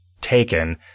taken